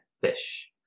Fish